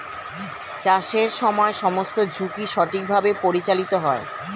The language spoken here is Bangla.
চাষের সময় সমস্ত ঝুঁকি সঠিকভাবে পরিচালিত হয়